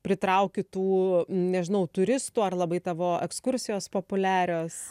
pritrauki tų nežinau turistų ar labai tavo ekskursijos populiarios